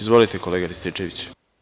Izvolite, kolega Rističeviću.